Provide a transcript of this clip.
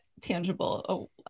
tangible